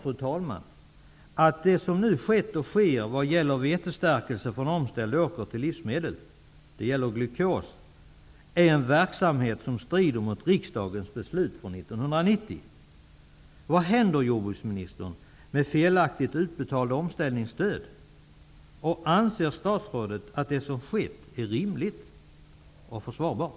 Jag finner att det som nu har skett och sker vad gäller förädlingen av vetestärkelse, från omställd åker, till livsmedlet glukos strider mot riksdagens beslut från 1990. Vad händer, jordbruksministern, med felaktigt utbetalda omställningsstöd? Anser statsrådet att det som har skett är rimligt och försvarbart?